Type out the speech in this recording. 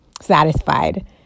satisfied